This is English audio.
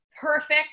Perfect